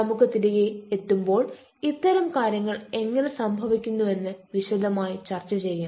നമുക്ക് തിരികെ ഏതുമ്പോൾ ഇത്തരം കാര്യങ്ങൾ എങ്ങനെ സംഭവിക്കുന്നു എന്ന് വിശദമായി ചർച്ച ചെയ്യാം